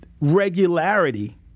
regularity